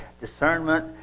discernment